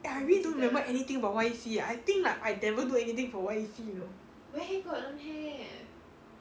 I really don't remember anything about Y_E_C I think like I never do anything for Y_E_C you know